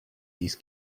this